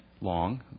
long